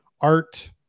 art